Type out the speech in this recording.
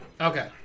Okay